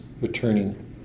returning